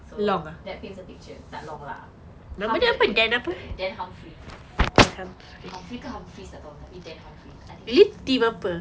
so that paints a picture tak long lah half the year half the year then humphrey humphrey ke humphreis tak tahu tapi dan humphrey I think it's phrey